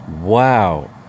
Wow